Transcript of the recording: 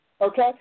Okay